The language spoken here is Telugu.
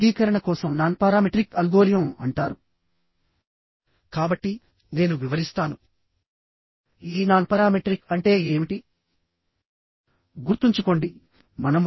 ఇంతవరకు మనం వివిధ రకాలైన కనెక్షన్స్ గురించి నేర్చుకున్నాము